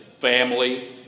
family